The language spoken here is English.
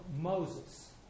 Moses